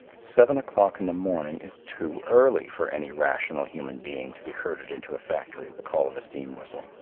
seven o'clock in the morning is too early for any rational human being to be herded into a factory at the call of a steam whistle.